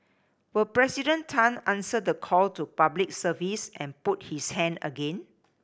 will President Tan answer the call to Public Service and put his hand again